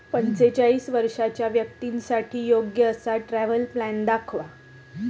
पंचेचाळीस वर्षांच्या व्यक्तींसाठी योग्य असा ट्रॅव्हल प्लॅन दाखवा